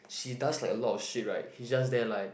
she does like a lot of shit right he just there like